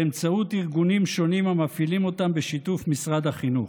באמצעות ארגונים שונים המפעילים אותם בשיתוף משרד החינוך.